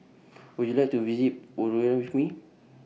Would YOU like to visit with Me